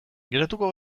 geratuko